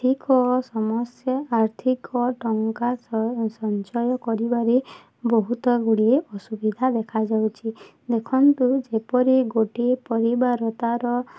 ଦେଖ ସମସ୍ତେ ଆର୍ଥିକ ସମସ୍ୟା ଆର୍ଥିକ ଟଙ୍କା ସଞ୍ଚୟ କରିବାରେ ବହୁତ ଗୁଡ଼ିଏ ଅସୁବିଧା ଦେଖାଯାଉଛି ଦେଖନ୍ତୁ ଯେପରି ଗୋଟିଏ ପରିବାର ତାର